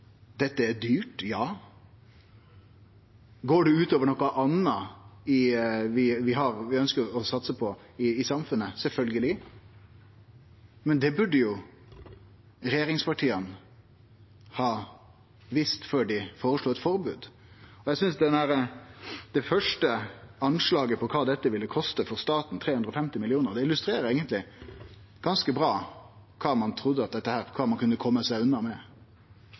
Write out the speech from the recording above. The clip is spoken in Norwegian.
Dette er dyrt, ja. Går det ut over noko anna vi ønskjer å satse på i samfunnet? Sjølvsagt. Men det burde jo regjeringspartia ha visst før dei føreslo eit forbod. Eg synest det første anslaget på kva dette ville koste for staten, 350 mill. kr, eigentleg illustrerer ganske bra kva ein trudde ein kunne kome unna med. Da er spørsmålet til representanten Gimse og andre: Kva for ein